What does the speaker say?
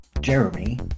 Jeremy